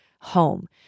home